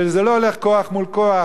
שזה לא הולך כוח מול כוח,